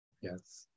Yes